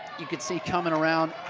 you can see coming around,